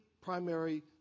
primary